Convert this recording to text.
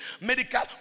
medical